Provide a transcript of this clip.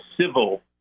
civil